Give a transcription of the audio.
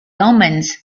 omens